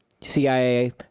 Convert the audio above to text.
CIA